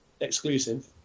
exclusive